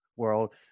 world